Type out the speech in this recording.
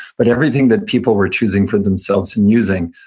but everything that people were choosing for themselves and using,